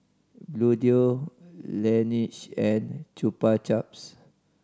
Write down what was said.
Bluedio Laneige and Chupa Chups